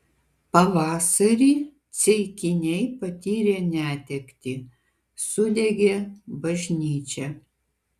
pavasarį ceikiniai patyrė netektį sudegė bažnyčia